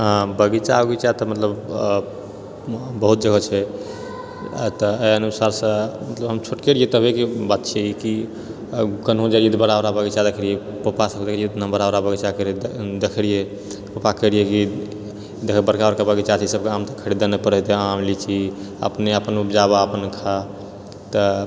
आ बगीचा बगीचा तऽ मतलब आ बहुत जगह छै एतए अहि अनुसारसे मतलब हम छोटके रहिये तब्बेके ई बात छिए कि केनौ जाइए तऽ बड़ा बड़ा बगीचा देखिए पप्पा सबके रहै कि इतना बड़ा बड़ा बगीचाके देखलिए पप्पाके कहे रहिये कि देखऽ बड़ा बड़ा बगीचा छै एहिसबके आम खरीदय नहि फड़ै छै आम लीची अपन अपन उपजाबह अपन खा तऽ